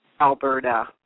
Alberta